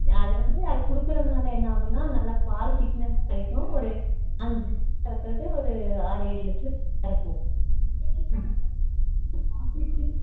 அது வந்து அது கொடுக்குறதுனால என்ன ஆகுனா நல்லா பால் திக்னஸ்ஸாக கிடைக்கும் ஒரு அஞ்சு லிட்டரு கறக்கிறது ஒரு ஆறு ஏழு லிட்டரு கறக்கும்